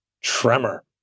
tremor